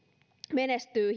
menestyy